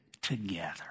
together